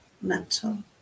mental